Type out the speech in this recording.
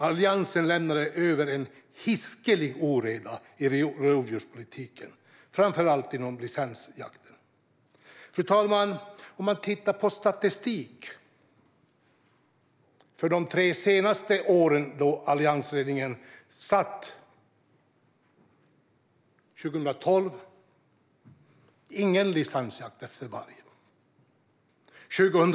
Alliansen lämnade över en hiskelig oreda i rovdjurspolitiken, framför allt vad gällde licensjakten. Fru talman! Enligt statistiken för alliansregeringens sista tre år var det ingen licensjakt efter varg 2012.